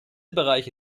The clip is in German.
bereiche